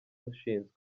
ushinzwe